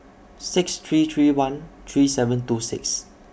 six three three one three seven two six